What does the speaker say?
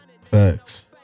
Facts